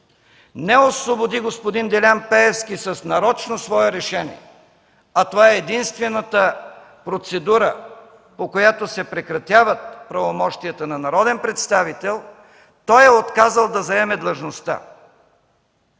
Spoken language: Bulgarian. не освободи господин Делян Пеевски с нарочно свое решение, а това е единствената процедура, по която се прекратяват правомощията на народен представител, той е отказал да заеме длъжността.